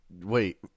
Wait